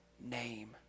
name